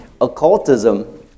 occultism